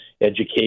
education